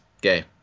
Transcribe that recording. gay